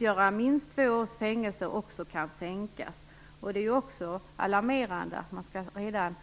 ger minst två års fängelse kan sänkas. Det här är också alarmerande.